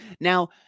Now